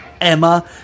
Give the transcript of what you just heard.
emma